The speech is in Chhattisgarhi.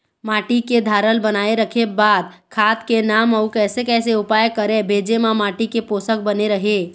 माटी के धारल बनाए रखे बार खाद के नाम अउ कैसे कैसे उपाय करें भेजे मा माटी के पोषक बने रहे?